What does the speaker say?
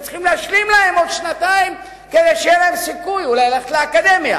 וצריך להשלים להם עוד שנתיים כדי שיהיה להם סיכוי אולי ללכת לאקדמיה.